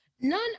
None